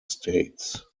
states